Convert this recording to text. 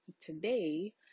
today